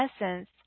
essence